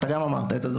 גם אתה אמרת את זה,